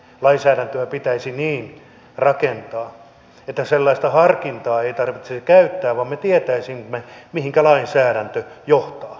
lainsäädäntöä pitäisi niin rakentaa että sellaista harkintaa ei tarvitsisi käyttää vaan me tietäisimme mihinkä lainsäädäntö johtaa